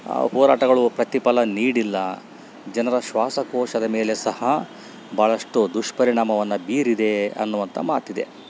ಆ ಹೋರಾಟಗಳು ಪ್ರತಿಫಲ ನೀಡಿಲ್ಲ ಜನರ ಶ್ವಾಸಕೋಶದ ಮೇಲೆ ಸಹ ಭಾಳಷ್ಟು ದುಷ್ಪರಿಣಾಮವನ್ನು ಬೀರಿದೆ ಅನ್ನುವಂಥ ಮಾತಿದೆ